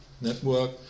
network